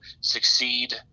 succeed